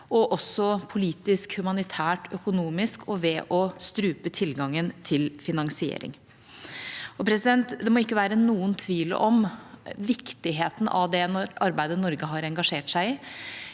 og også politisk, humanitært, økonomisk og ved å strupe tilgangen til finansiering. Det må ikke være noen tvil om viktigheten av det arbeidet Norge har engasjert seg i.